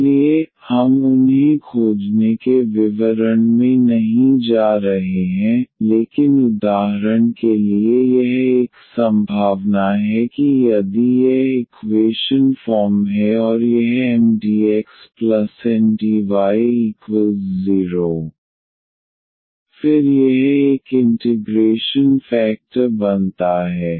इसलिए हम उन्हें खोजने के विवरण में नहीं जा रहे हैं लेकिन उदाहरण के लिए यह एक संभावना है कि यदि यह इक्वेशन फॉर्म है और यह MdxNdy0 फिर यह एक इंटिग्रेशन फेकटर बनता है